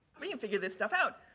we can figure this stuff out.